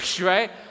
right